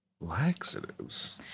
Laxatives